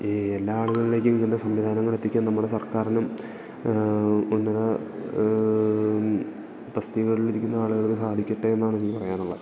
ഈ എല്ലാ ആളുകളിലേക്കും ഇങ്ങനത്തെ സംവിധാനങ്ങളെത്തിക്കാൻ നമ്മുടെ സർക്കാരിനും ഉന്നത തസ്തികകളിൽ ഇരിക്കുന്ന ആളുകൾക്കും സാധിക്കട്ടെയെന്നാണ് എനിക്ക് പറയാനുള്ളത്